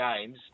games